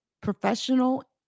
professional